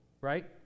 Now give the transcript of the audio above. right